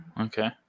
okay